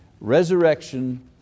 Resurrection